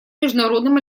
международным